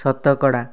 ଶତକଡ଼ା